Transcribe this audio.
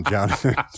Jonathan